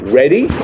ready